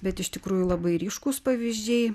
bet iš tikrųjų labai ryškūs pavyzdžiai